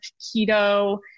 keto